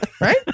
Right